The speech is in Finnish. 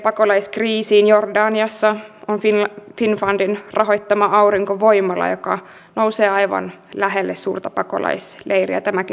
pakolaiskriisiin jordaniassa on finnfundin rahoittama aurinkovoimala joka nousee aivan lähelle suurta pakolaisleiriä